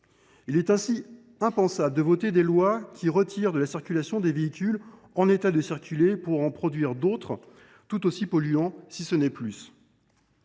Il est ainsi impensable de voter des textes qui retirent de la circulation des véhicules en état de fonctionner pour en produire d’autres tout aussi polluants, si ce n’est plus.